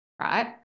right